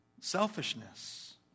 selfishness